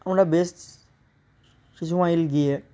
আমরা বেশ কিছু মাইল গিয়ে